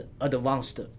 advanced